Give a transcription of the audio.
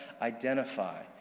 identify